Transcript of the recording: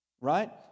right